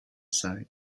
side